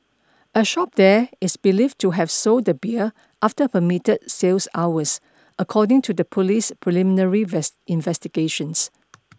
a shop there is believed to have sold the beer after permitted sales hours according to the police's preliminary investigations